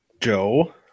Joe